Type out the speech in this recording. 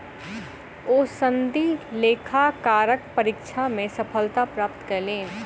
ओ सनदी लेखाकारक परीक्षा मे सफलता प्राप्त कयलैन